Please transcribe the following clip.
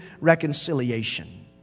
reconciliation